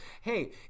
hey